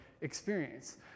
Experience